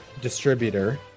distributor